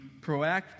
proactive